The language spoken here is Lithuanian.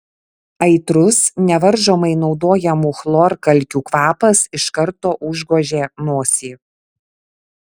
aitrus nevaržomai naudojamų chlorkalkių kvapas iš karto užgožė nosį